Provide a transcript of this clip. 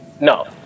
no